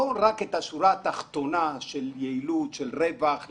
לא רק את השורה התחתונה של יעילות, של רווח,